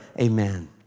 amen